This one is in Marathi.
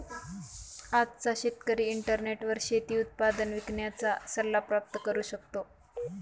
आजचा शेतकरी इंटरनेटवर शेती उत्पादन विकण्याचा सल्ला प्राप्त करू शकतो